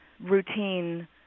routine